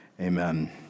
Amen